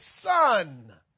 son